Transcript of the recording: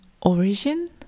origin